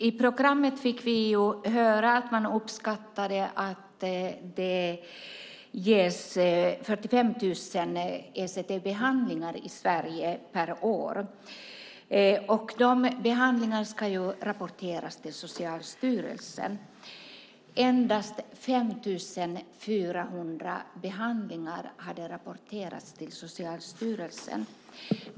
I programmet fick vi höra att man uppskattade att det ges 45 000 ECT-behandlingar i Sverige per år. De behandlingarna ska rapporteras till Socialstyrelsen. Endast 5 400 behandlingar hade rapporterats till Socialstyrelsen.